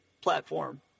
platform